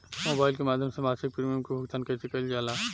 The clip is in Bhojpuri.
मोबाइल के माध्यम से मासिक प्रीमियम के भुगतान कैसे कइल जाला?